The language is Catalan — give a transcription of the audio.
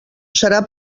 serà